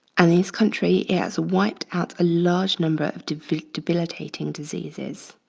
and this country, it has wiped out a large number of debilitating diseases.